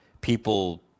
people